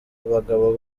abagabo